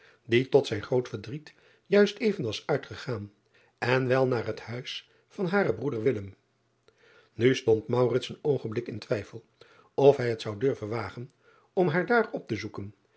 die tot zijn groot verdriet juist even was uitgegaan en wel naar het huis van haren broeder u stond een oogenblik in twijfel of hij het zou durven wagen om haar daar op te zoeken